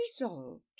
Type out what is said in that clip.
resolved